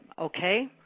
okay